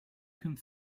can